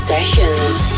Sessions